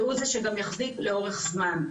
והוא גם זה שיחזיק לאורך זמן,